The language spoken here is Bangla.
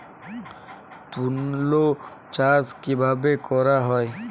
তুলো চাষ কিভাবে করা হয়?